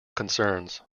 concerns